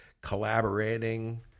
collaborating